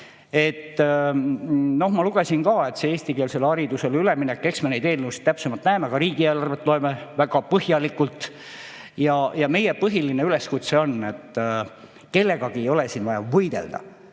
toetasime. [Nüüd,] see eestikeelsele haridusele üleminek – eks me neid eelnõusid täpsemalt näeme, ka riigieelarvet loeme väga põhjalikult. Meie põhiline üleskutse on, et kellegagi ei ole siin vaja võidelda.